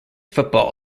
football